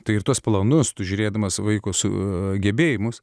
tai ir tuos planus tu žiūrėdamas vaiko su gebėjimus